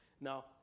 Now